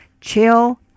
Chill